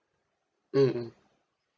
mm mm